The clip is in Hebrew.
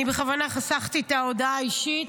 אני בכוונה חסכתי את ההודעה האישית,